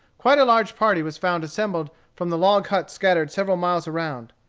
quite a large party was found assembled from the log huts scattered several miles around.